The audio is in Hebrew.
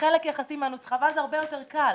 חלק יחסי מהנוסחה, ואז זה הרבה יותר קל.